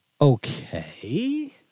Okay